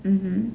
mmhmm